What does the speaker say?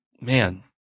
man